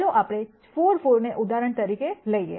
ચાલો આપણે 4 4 ને ઉદાહરણ તરીકે લઈએ